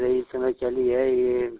नहीं इस समय चली है ये